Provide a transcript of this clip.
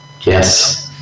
Yes